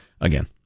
again